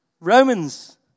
Romans